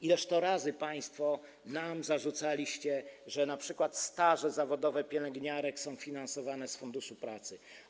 Ileż to razy państwo zarzucaliście nam, że np. staże zawodowe pielęgniarek są finansowane z Funduszu Pracy?